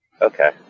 Okay